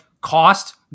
cost